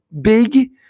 big